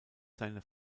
seine